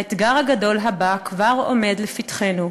האתגר הגדול הבא כבר עומד לפתחנו: